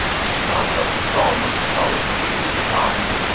son of kronos, our king divine,